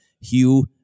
Hugh